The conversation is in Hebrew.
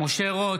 משה רוט,